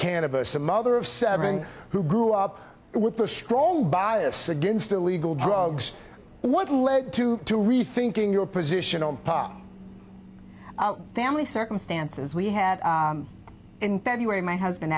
cannabis a mother of seven who grew up with a strong bias against illegal drugs what led to to rethinking your position on family circumstances we had in february my husband